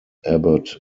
abbott